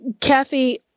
Kathy